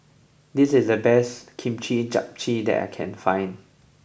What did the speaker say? this is the best Kimchi Jjigae that I can find